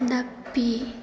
ꯅꯥꯄꯤ